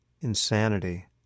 insanity